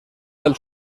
del